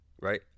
right